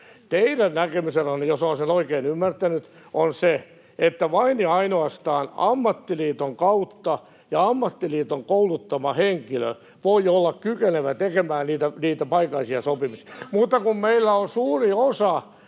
Teidän näkemyksenne — jos olen sen oikein ymmärtänyt — on se, että vain ja ainoastaan ammattiliiton kautta ja ammattiliiton kouluttama henkilö voi olla kykenevä tekemään niitä paikallisia sopimuksia. Mutta kun meillä on suuri osa